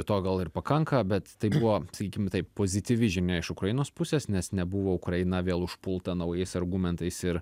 to gal ir pakanka bet tai buvo sakykim taip pozityvi žinia iš ukrainos pusės nes nebuvo ukraina vėl užpulta naujais argumentais ir